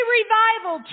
revival